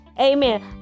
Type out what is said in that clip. Amen